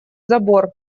забор